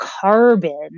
carbon